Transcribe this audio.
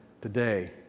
Today